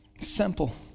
Simple